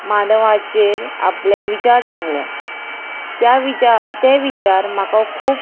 मानवाचेर आपले विचार सांगल्या त्या विचा ते विचार म्हाका खूब